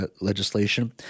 legislation